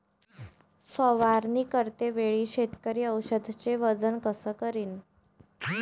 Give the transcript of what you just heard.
फवारणी करते वेळी शेतकरी औषधचे वजन कस करीन?